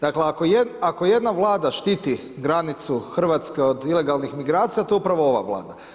Dakle, ako jedna Vlada štiti granicu RH od ilegalnih migracija, to je upravo ova Vlada.